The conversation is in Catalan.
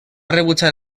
rebutjar